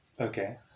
Okay